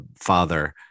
father